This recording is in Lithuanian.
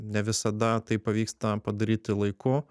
ne visada tai pavyksta padaryti laiku